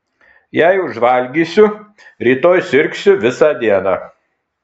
jei užvalgysiu rytoj sirgsiu visą dieną